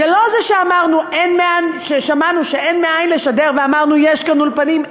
זה לא זה ששמענו שאין מאין לשדר ואמרנו: יש כאן אולפנים,